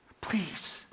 Please